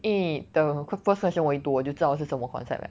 因为 the first question 我一读我就知道是什么 concept liao